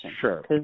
Sure